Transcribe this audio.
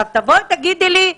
תגידי לי: